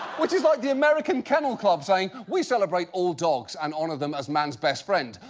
which is like the american kennel club saying, we celebrate all dogs and honor them as man's best friend,